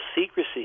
secrecy